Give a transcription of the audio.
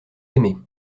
aimez